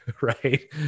Right